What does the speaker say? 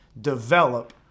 develop